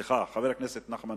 שלא ימנה פאשיסט להיות שר חוץ.